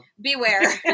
beware